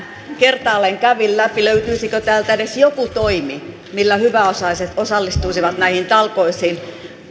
kertaalleen kävin läpi löytyisikö täältä edes joku toimi millä hyväosaiset osallistuisivat näihin talkoisiin